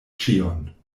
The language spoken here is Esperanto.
ĉion